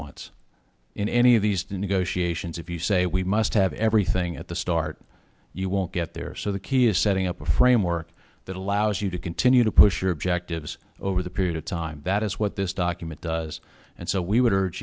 wants in any of these negotiations if you say we just have everything at the start you won't get there so the key is setting up a framework that allows you to continue to push your objectives over the period of time that is what this document does and so we would ur